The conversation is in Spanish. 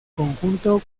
conjunto